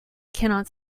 cannot